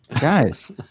Guys